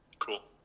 cool.